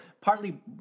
partly